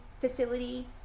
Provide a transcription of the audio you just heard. facility